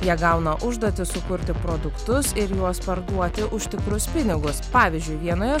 jie gauna užduotį sukurti produktus ir juos parduoti už tikrus pinigus pavyzdžiui vienoje